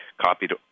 copied